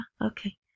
Okay